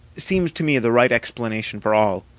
seems to me the right explanation for all.